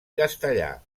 castellà